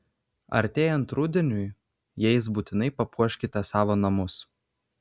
artėjant rudeniui jais būtinai papuoškite savo namus